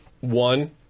One